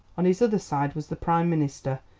on his other side was the prime minister,